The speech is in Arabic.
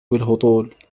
بالهطول